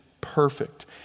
perfect